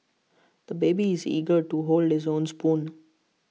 the baby is eager to hold his own spoon